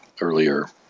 earlier